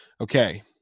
Okay